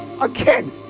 again